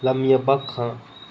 लम्मियां भाखां